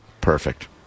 Perfect